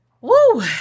Woo